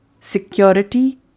security